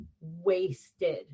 wasted